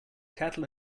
cattle